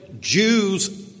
Jews